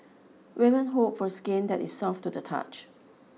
women hope for skin that is soft to the touch